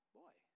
boy